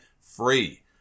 free